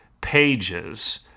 pages